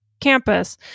campus